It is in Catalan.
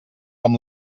com